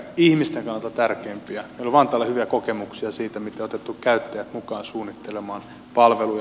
meillä on vantaalla hyviä kokemuksia siitä miten on otettu käyttäjät mukaan suunnittelemaan palveluja